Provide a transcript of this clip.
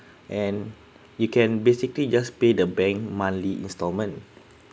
and you can basically just pay the bank monthly installment